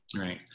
Right